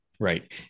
Right